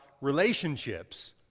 relationships